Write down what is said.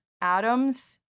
atoms